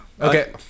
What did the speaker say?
Okay